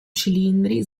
cilindri